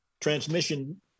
transmission